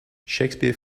shakespeare